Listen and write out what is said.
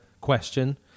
question